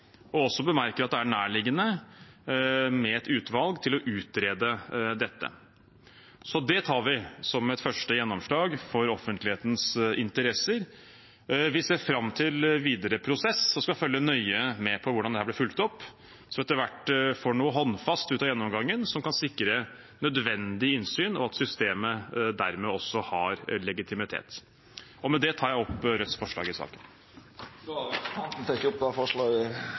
og også bemerker at det er nærliggende med et utvalg til å utrede dette. Det tar vi som et første gjennomslag for offentlighetens interesser. Vi ser fram til den videre prosessen og skal følge nøye med på hvordan dette blir fulgt opp etter hvert som vi får noe håndfast ut av gjennomgangen som kan sikre nødvendig innsyn og at systemet dermed også har legitimitet. Med det tar jeg opp Rødts forslag i saken. Då har representanten Bjørnar Moxnes teke opp